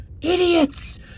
Idiots